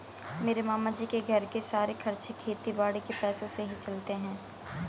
मेरे मामा जी के घर के सारे खर्चे खेती बाड़ी के पैसों से ही चलते हैं